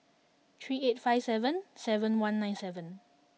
three eight five seven seven one nine seven